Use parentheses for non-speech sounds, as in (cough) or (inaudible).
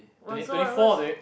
was so I was (noise)